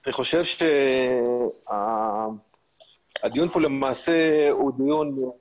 אני חושב שהדיון כאן למעשה הוא דיון לא